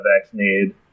vaccinated